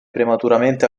prematuramente